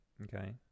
Okay